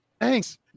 Thanks